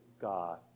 God